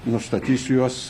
nustatys juos